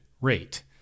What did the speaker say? rate